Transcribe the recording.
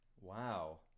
Wow